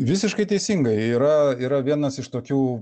visiškai teisingai yra yra vienas iš tokių